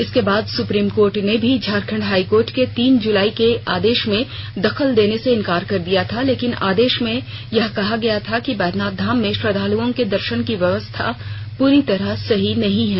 इसके बाद Supreme Court ने भी झारखंड हाई कोर्ट के तीन जुलाई के आदेश में दखल देने से इन्कार कर दिया था लेकिन आदेश में यह कहा गया कि बैद्यनाथ धाम में श्रद्वालुओं के दर्शन की व्यवस्था पूरी तरह सही नहीं है